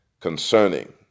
concerning